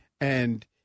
and-